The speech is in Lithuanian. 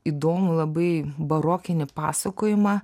įdomų labai barokinį pasakojimą